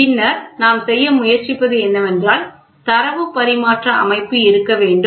பின்னர் நாம் செய்ய முயற்சிப்பது என்னவென்றால் தரவு பரிமாற்ற அமைப்பு இருக்க வேண்டும்